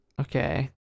Okay